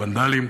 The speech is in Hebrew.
ה"ונדלים"?